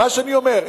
מה שאני אומר,